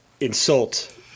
insult